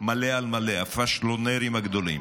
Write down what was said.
מלא על מלא, הפשלונרים הגדולים,